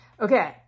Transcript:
Okay